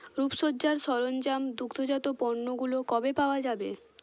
রূপসজ্জার সরঞ্জাম দুগ্ধজাত পণ্যগুলো কবে পাওয়া যাবে